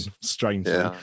strangely